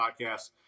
Podcast